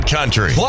country